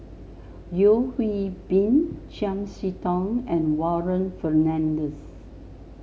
Yeo Hwee Bin Chiam See Tong and Warren Fernandez